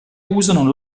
usano